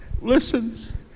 listens